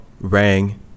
rang